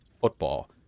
football